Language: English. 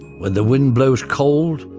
when the wind blows cold,